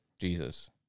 jesus